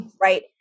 Right